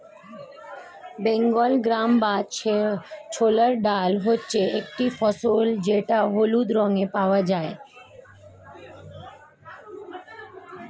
Bengal gram বা ছোলার ডাল হচ্ছে একটি ফসল যেটা হলুদ রঙে পাওয়া যায়